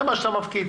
זה מה שאתה מפקיד,